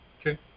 Okay